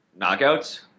Knockouts